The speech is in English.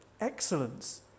excellence